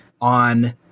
on